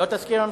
לא.